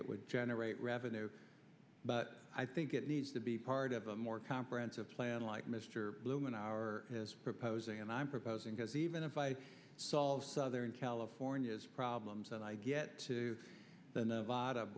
it would generate revenue but i think it needs to be part of a more comprehensive plan like mr bloom and our is proposing and i'm proposing because even if i solve southern california's problems that i get to the nevada